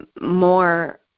more